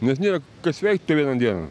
nes nėra kas veikt per vieną dieną